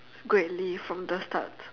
greatly from the start